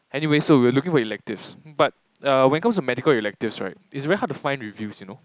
anyway so we are looking for electives but err when it comes to medical electives right it's very hard to find the reviews you know